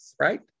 right